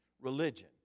religion